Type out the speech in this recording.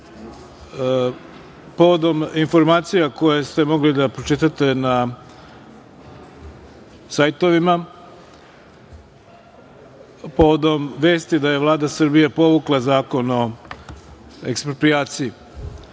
povodom informacija koje ste mogli da pročitate na sajtovima, povodom vesti da je Vlada Srbije povukla Zakon o eksproprijaciji,